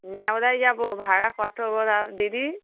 ন্যাওড়াই যাবো ভাড়া কত লাগবে দিদি